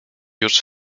już